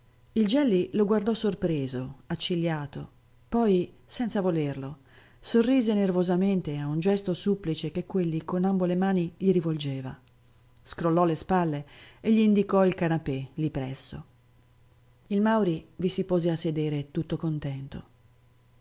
eh il gelli lo guardò sorpreso accigliato poi senza volerlo sorrise nervosamente a un gesto supplice che quegli con ambo le mani gli rivolgeva scrollò le spalle e gl'indicò il canapè lì presso il mauri vi si pose a sedere tutto contento